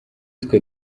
twe